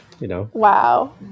Wow